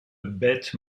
bête